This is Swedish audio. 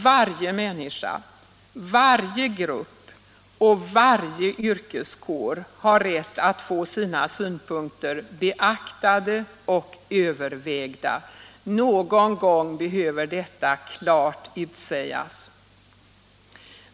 Varje människa, varje grupp och varje yrkeskår har rätt att få sina synpunkter beaktade och övervägda. Någon gång behöver detta klart utsägas.